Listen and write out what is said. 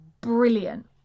brilliant